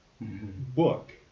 book